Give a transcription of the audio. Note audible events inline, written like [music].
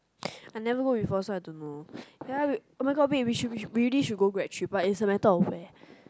[breath] I never go before so I don't know ya oh my god babe we should we really should go grad trip but it's a matter of where